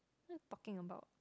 talking about